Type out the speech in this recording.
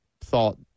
thought